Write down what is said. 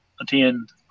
attend